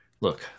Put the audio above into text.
Look